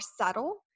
subtle